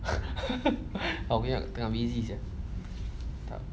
tengah busy sia tak